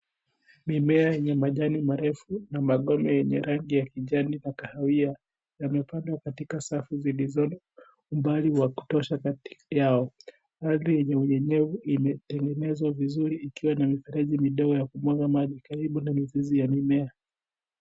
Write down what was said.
Mimea yenye majani marefu na magome yenye rangi ya kijani na kahawia yamepandwa katika safu zilizomo umbali wa kutosha kati yao. Ardhi yenye unyenyevu imetengenezwa vizuri ikiwa na mifereji midogo ya kumwaga maji karibu na mizizi ya mimea.